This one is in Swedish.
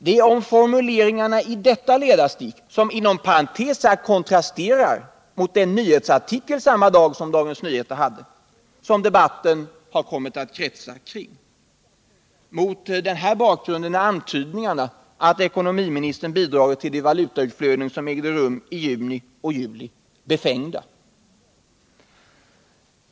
Det är erinringarna i detta ledarstick — som inom parentes sagt kontrasterar mot den nyhetsartikel samma dag som Dagens Nyheter hade — som debatten har kommit att kretsa kring. Mot denna bakgrund är antydningarna att ekonomiministern bidragit till de valutautflöden som ägde rum i juni och juli befängda.